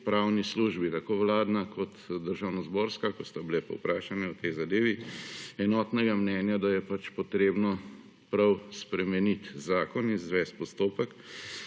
pravni službi, tako vladna, kot državnozborska, ko sta bili povprašani o tej zadevi, enotnega mnenja, da je pač potrebno prav spremenit zakon, izvesti postopek,